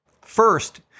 First